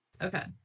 Okay